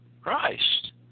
Christ